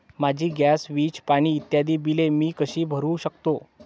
माझी गॅस, वीज, पाणी इत्यादि बिले मी कशी भरु शकतो?